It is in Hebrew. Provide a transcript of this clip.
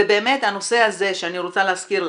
ובאמת הנושא הזה, אני רוצה להזכיר לכם,